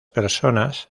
personas